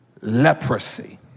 Leprosy